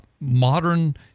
modern